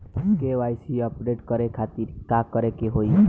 KYC update करे के खातिर का करे के होई?